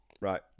Right